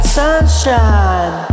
sunshine